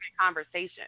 conversation